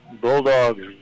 Bulldogs